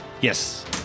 Yes